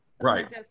right